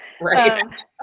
Right